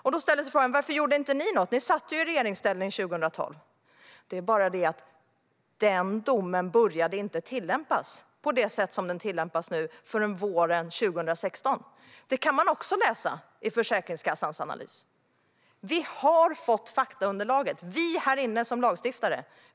Ni kan ställa frågan: Varför gjorde inte ni något? Ni satt ju i regeringsställning 2012! Det är bara det att denna dom inte började tillämpas på det sätt som den tillämpas nu förrän våren 2016. Det kan man också läsa i Försäkringskassans analys. Vi har fått faktaunderlaget - vi här inne som lagstiftare.